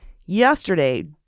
yesterday